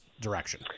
direction